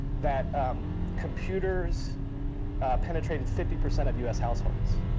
that computers penetrated fifty percent of us households.